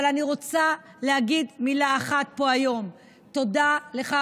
אבל אני רוצה להגיד מילה אחת פה היום: תודה לך,